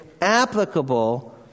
applicable